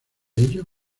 ello